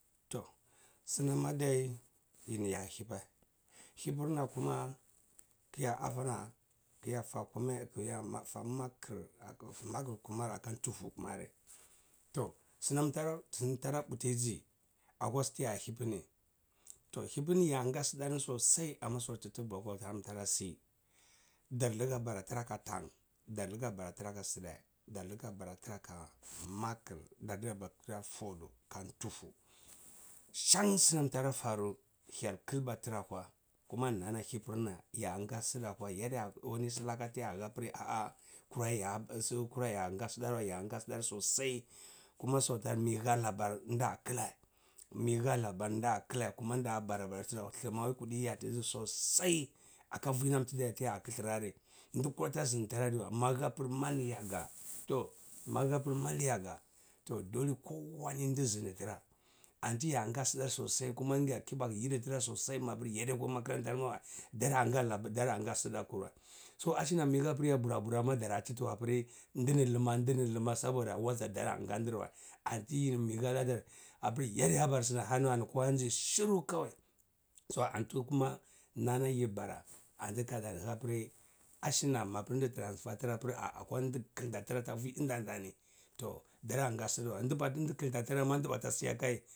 Tou snam adai yini ye hivae, hivrna kuma kya a vna kya fa kumal apa fa makr makr kumar akan tufu kumare toh snam tara putizi akwa su tiya hivini tou hivini yang a salarni sosai amma sautu tu book haram tarasi dar lka bara tra ka tang, dar lka bara tra ka sdae, dar lka bara tra ka makr, dar lka bara tra ka fwodo kantufu shan snam tara faru ltyal klba tra akwa kuma nanna hivirna yanga sda akwa yadiya wani slake tya hapri a’a kura ya so kura yanga sda wae yanga bas ta sosai kuma sotima migiha labar nda klae migi halabar nda klae kuma ndaa bara bara tra thlmawai kudi yatzi sosai akavi nantdar tiya kthrari adkura ta yaga tau amaga haprimal yaga toh dole kowa ndznditra anti yanga sdar sosai kuma ndyar kibaku yiditra sosai mapr yai akwa makarantar mawa dara babar daranga sdakur wai so ashina magi hapr ya bra bra ma dara titiwa apri ndai luma ndai luma aka soboda wafa daran gan diriwa antiyi miyi haladar api yadiya bara snam ahani waeni kowa nzi shiru kawai so anti kuma nanna yi bara andikaka apri asina map indi transfer tra apri a’a akwan diklata na akwa vi ndani toh daranga sidawae adklnta trama atabata siyakayi.